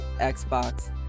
Xbox